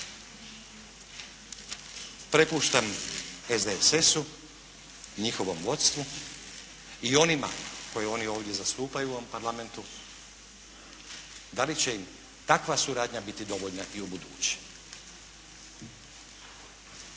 Prepuštam SDSS-u, njihovom vodstvu i onima koje oni ovdje zastupaju u ovom parlamentu, da li će im takva suradnja biti dovoljna i ubuduće.